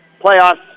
playoffs